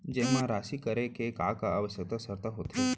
जेमा राशि करे के का आवश्यक शर्त होथे?